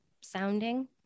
sounding